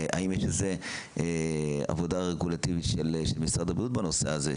האם יש עבודה רגולטיבית של משרד הבריאות בנושא הזה,